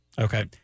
Okay